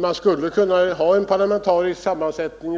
bytesbalansdelegationen bör ha en parlamentarisk sammansättning.